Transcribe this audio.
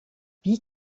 wie